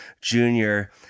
Junior